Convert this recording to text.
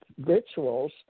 rituals